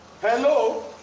Hello